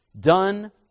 Done